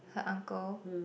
her uncle